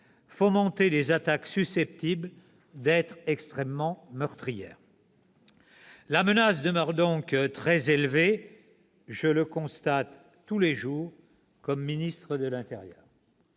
fomenter des attaques susceptibles d'être extrêmement meurtrières. La menace demeure donc très élevée ; je le constate tous les jours comme ministre de l'intérieur.